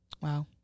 Wow